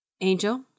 Angel